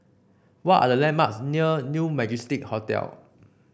what are the landmarks near New Majestic Hotel